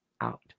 out